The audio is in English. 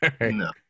no